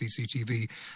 CCTV